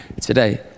today